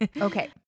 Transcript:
okay